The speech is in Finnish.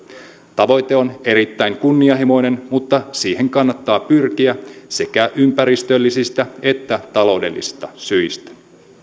tavoite on erittäin kunnianhimoinen mutta siihen kannattaa pyrkiä sekä ympäristöllisistä että taloudellisista syistä